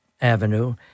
Avenue